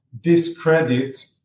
discredit